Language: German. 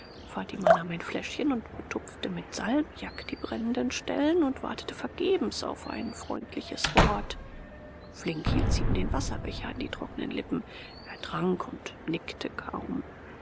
fatima nahm ein fläschchen und betupfte mit salmiak die brennenden stellen und wartete vergebens auf ein freundliches wort flink hielt sie ihm den wasserbecher an die trocknen lippen er trank und nickte kaum